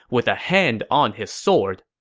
with a hand on his sword,